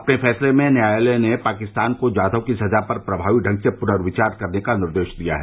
अपने फैंसले में न्यायालय ने पाकिस्तान को जाधव की सजा पर प्रभावी ढंग से पुनर्विचार करने का निर्देश दिया है